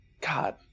God